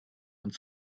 und